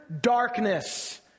darkness